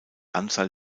anzahl